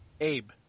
Abe